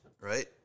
right